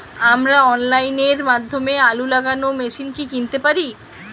আমরা অনলাইনের মাধ্যমে আলু লাগানো মেশিন কি কিনতে পারি?